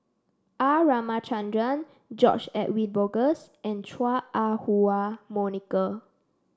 R Ramachandran George Edwin Bogaars and Chua Ah Huwa Monica